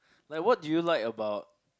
like what do you like about